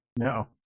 No